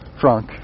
Frank